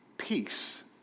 peace